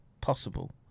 possible